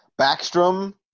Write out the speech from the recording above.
Backstrom